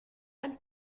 and